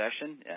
session